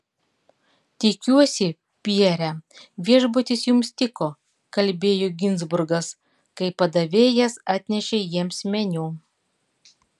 tikiuosi pierre viešbutis jums tiko kalbėjo ginzburgas kai padavėjas atnešė jiems meniu